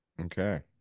Okay